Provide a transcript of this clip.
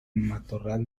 matorral